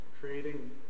creating